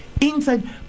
Inside